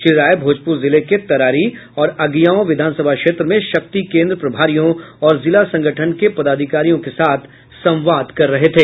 श्री राय भोजपुर जिले के तरारी और अगिआंव विधानसभा क्षेत्र में शक्ति केंद्र प्रभारियों और जिला संगठन के पदाधिकारियों के साथ संवाद कर रहे थे